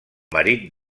marit